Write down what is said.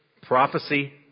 prophecy